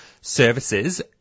services